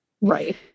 Right